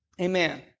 Amen